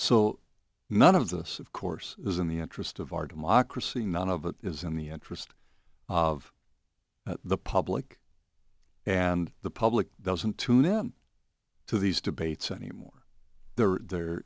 so none of this of course is in the interest of our democracy none of it is in the interest of the public and the public doesn't tune in to these debates anymore they're they're